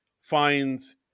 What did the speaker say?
finds